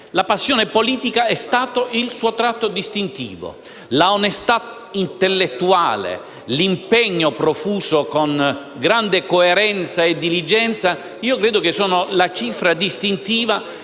La passione politica è stato il suo tratto distintivo. L'onestà intellettuale e l'impegno profuso con grande coerenza e diligenza credo siano stati la cifra distintiva